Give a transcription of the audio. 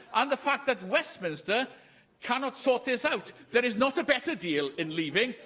and the fact that westminster cannot sort this out. there is not a better deal in leaving.